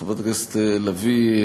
חברת הכנסת לביא,